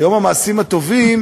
שיום המעשים הטובים